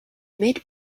mid